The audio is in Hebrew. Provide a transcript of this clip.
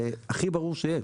זה הכי ברור שיש.